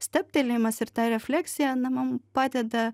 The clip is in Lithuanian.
stabtelėjimas ir ta refleksija na mum padeda